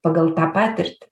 pagal tą patirtį